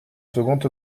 second